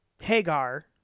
Hagar